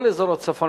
כל אזור הצפון,